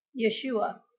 Yeshua